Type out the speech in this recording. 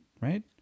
right